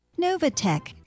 NovaTech